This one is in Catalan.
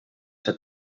ser